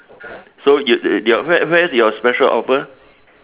so you your where where's your special offer